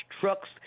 trucks